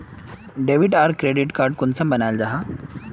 Debit आर credit card कुंसम बनाल जाहा?